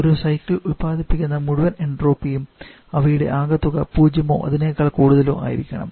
ഒരു സൈക്കിള് ഉൽപ്പാദിപ്പിക്കുന്ന മുഴുവൻ എൻട്രോപ്പിയും അവയുടെ ആകത്തുക പൂജ്യമോ അതിനേക്കാൾ കൂടുതലൊ ആയിരിക്കും